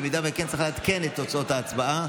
במידה שכן, צריך לעדכן את תוצאות ההצבעה.